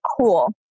cool